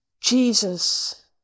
Jesus